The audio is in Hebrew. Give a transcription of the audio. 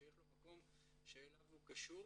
שיש לו מקום שאליו הוא קשור